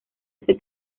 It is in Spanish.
hace